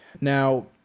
Now